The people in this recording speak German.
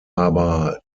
aber